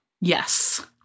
Yes